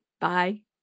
Bye